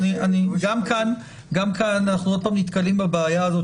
גם כאן אנחנו שוב נתקלים בבעיה הזאת